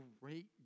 great